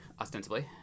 ostensibly